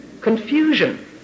Confusion